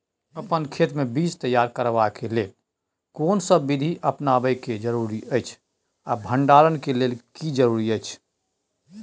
अपन खेत मे बीज तैयार करबाक के लेल कोनसब बीधी अपनाबैक जरूरी अछि आ भंडारण के लेल की जरूरी अछि?